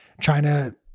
China